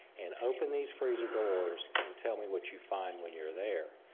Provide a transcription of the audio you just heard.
and open these freezer doors and tell me what you find when you're there.